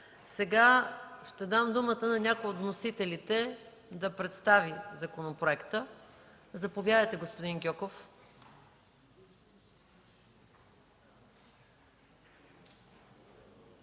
Сега ще дам думата на някой от вносителите да представи законопроекта. Заповядайте, господин Гьоков.